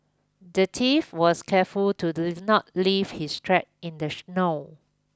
the thief was careful to not leave his tracks in the snow